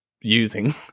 using